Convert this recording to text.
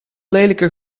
lelijke